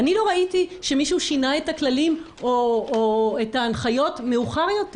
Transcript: אני לא ראיתי שמישהו שינה את הכללים או את ההנחיות מאוחר יותר.